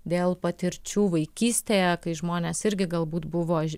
dėl patirčių vaikystėje kai žmonės irgi galbūt buvo že